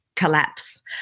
Collapse